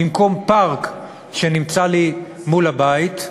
במקום פארק שנמצא לי מול הבית,